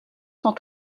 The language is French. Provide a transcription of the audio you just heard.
sont